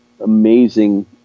amazing